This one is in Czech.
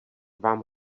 vám